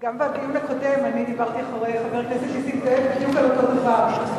גם בדיון הקודם דיברתי אחרי חבר הכנסת נסים זאב בדיוק על אותו דבר.